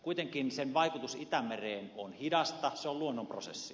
kuitenkin sen vaikutus itämereen on hidasta se on luonnon prosessi